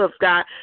God